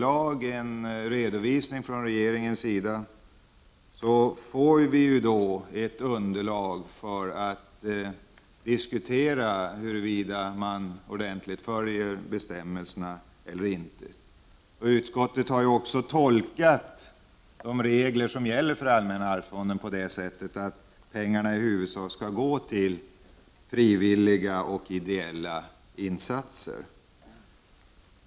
Med en redovisning från regeringens sida får vi då ett underlag för att diskutera huruvida man ordentligt följer bestämmelserna eller inte. Utskottet har också tolkat de regler som gäller allmänna arvsfonden på det sättet att pengarna i huvudsak skall gå till frivilliga och ideella insatser.